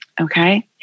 okay